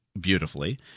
beautifully